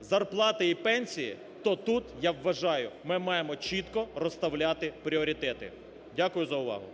зарплати і пенсії, то тут, я вважаю, ми маємо чітко розставляти пріоритети. Дякую за увагу.